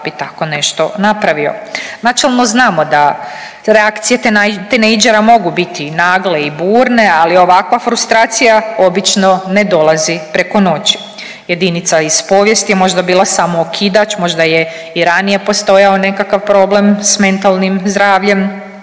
bi tako nešto napravio. Načelno znamo da te reakcije tinejdžera mogu biti i nagle i burne, ali ovakva frustracija obično ne dolazi preko noći. Jedinica iz povijesti je možda bila samo okidač, možda je i ranije postojao nekakav problem s mentalnim zdravlje